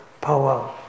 power